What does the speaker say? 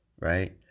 right